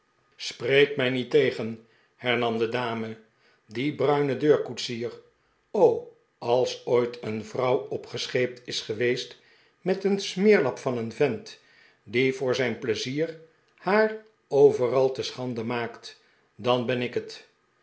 spreek mij niet tegen hern am de dame r die bruine deur koetsier o als ooit een vrouw opgescheept is geweest met een smeerlap van een vent die voor zijn pleizier haar overal te schande maakt dan ben ik het